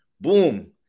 boom